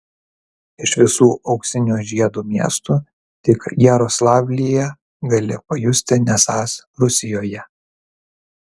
iš visų auksinio žiedo miestų tik jaroslavlyje gali pajusti nesąs rusijoje